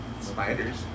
Spiders